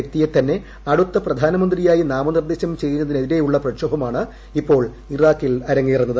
വ്യക്തിയെ തന്നെ അടുത്ത പ്രധാനമന്ത്രിയായി നാമനിർദേശം ചെയ്യുന്നതിനെതിരെയുള്ള പ്രക്ഷോഭമാണ് ഇപ്പോൾ ഇറാഖിൽ അരങ്ങേറുന്നത്